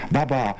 Baba